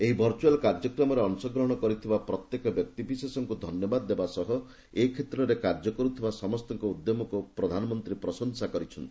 ଏହି ଭର୍ଚୁଆଲ କାର୍ଯ୍ୟକ୍ରମରେ ଅଂଶଗ୍ରହଣ କରିଥିବା ପ୍ରତ୍ୟେକ ବ୍ୟକ୍ତି ବିଶେଷଙ୍କୁ ଧନ୍ୟବାଦ ଦେବା ସହ ଏ କ୍ଷେତ୍ରରେ କାର୍ଯ୍ୟ କରୁଥିବା ସମସ୍ତଙ୍କ ଉଦ୍ୟମକୁ ପ୍ରଶଂସା କରିଛନ୍ତି